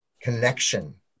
connection